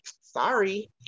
sorry